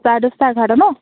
চাৰে দহটা এঘাৰটা ন